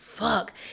fuck